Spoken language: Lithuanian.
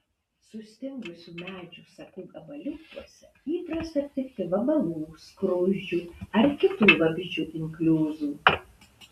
sustingusių medžių sakų gabaliukuose įprasta aptikti vabalų skruzdžių ar kitų vabzdžių inkliuzų